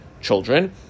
children